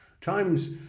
Times